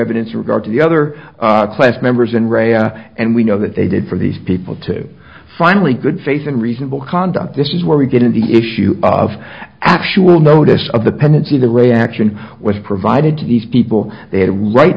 evidence regard to the other class members and re and we know that they did for these people to finally good face and reasonable conduct this is where we get in the issue of actual notice of the pendency the reaction was provided to these people they had a